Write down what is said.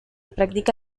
practica